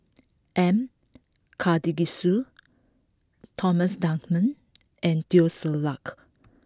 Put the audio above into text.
M Karthigesu Thomas Dunman and Teo Ser Luck